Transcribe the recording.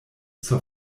zur